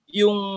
yung